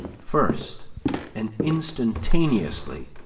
first and instantaneously,